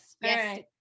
yes